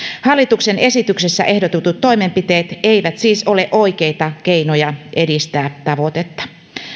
hallituksen esityksessä ehdotetut toimenpiteet eivät siis ole oikeita keinoja edistää tavoitetta